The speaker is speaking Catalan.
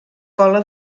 cola